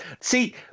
See